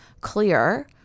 clear